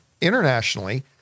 internationally